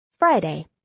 Friday